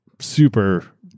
super